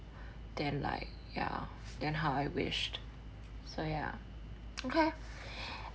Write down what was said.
then like ya then how I wish so ya okay